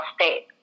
state